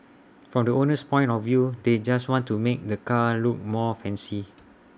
from the owner's point of view they just want to make the car look more fancy